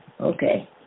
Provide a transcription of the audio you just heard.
Okay